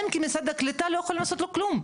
אתם כמשרד הקליטה לא יכולים לעשות לו כלום.